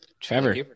Trevor